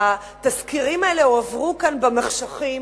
התזכירים האלה הועברו כאן במחשכים,